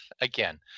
Again